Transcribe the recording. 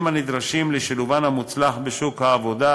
הנדרשים לשילובן המוצלח בשוק העבודה,